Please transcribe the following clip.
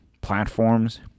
platforms